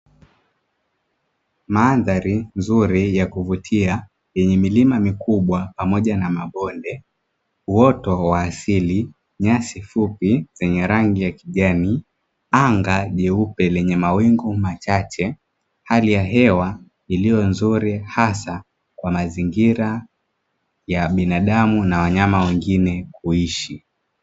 Mandhari nzuri ya kuvutia yenye milima mikubwa pamoja na mabonde, uoto wa asili, nyasi fupi zenye rangi ya kijani, anga jeupe lenye mawingu machache, hali ya hewa iliyo nzuri hasa kwa mazingira ya binadamu na wanyama wengine kuishi.